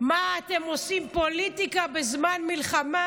מה אתם עושים פוליטיקה בזמן מלחמה.